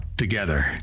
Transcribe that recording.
Together